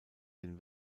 den